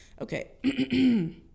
Okay